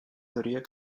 horiek